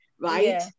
right